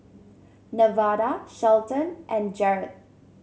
Nevada Shelton and Jerod